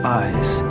eyes